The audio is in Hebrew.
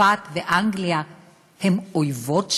צרפת ואנגליה הן אויבות שלנו?